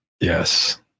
Yes